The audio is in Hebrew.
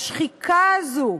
השחיקה הזו,